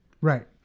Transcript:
Right